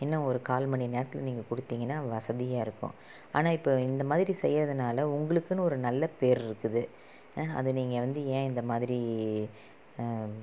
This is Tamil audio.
என்ன ஒரு கால் மணிநேரத்தில் நீங்கள் கொடுத்திங்கனா வசதியாக இருக்கும் ஆனால் இப்போ இந்த மாதிரி செய்கிறதுனால உங்களுக்குனு ஒரு நல்ல பேர்ருக்குது அது நீங்கள் வந்து ஏன் இந்த மாதிரி